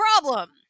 problem